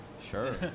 Sure